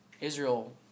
Israel